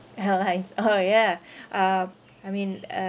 airlines orh yeah uh I mean uh